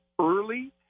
early